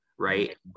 right